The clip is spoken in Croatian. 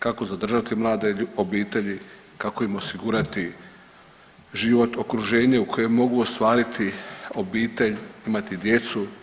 Kako zadržati mlade obitelji, kako im osigurati život, okruženje u kojem mogu ostvariti obitelj, imati djecu?